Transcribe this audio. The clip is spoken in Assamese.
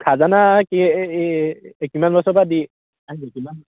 খাজানা কি এই কিমান বছৰৰ পৰা দি আহিছে কিমান